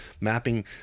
mapping